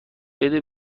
بده